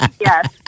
Yes